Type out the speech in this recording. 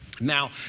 Now